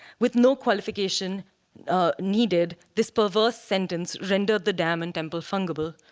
with no qualification needed, this perverse sentence rendered the dam and temple fungible,